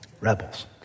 rebels